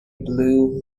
blue